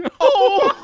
oh,